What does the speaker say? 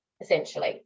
essentially